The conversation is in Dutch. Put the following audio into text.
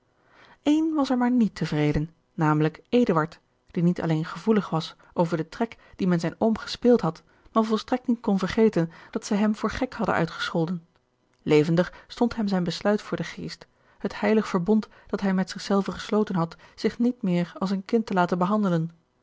één was er maar niet tevreden namelijk eduard die niet alleen gevoelig was over den trek dien men zijn oom gespeeld had maar volstrekt niet kon vergeten dat zij hem voor gek hadden uitgescholden levendig stond hem zijn besluit voor den geest het heilig verbond dat hij met zich zelven gesloten had zich niet meer als een kind te laten behandelen